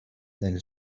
then